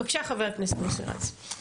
בבקשה חבר הכנסת מוסי רז.